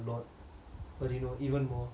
but you know even more